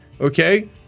okay